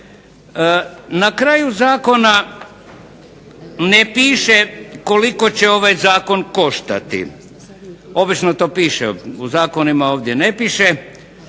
Na kraju zakona ne piše koliko će ovaj zakon koštati. Obično to piše u zakonima, ovdje ne piše.